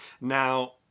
Now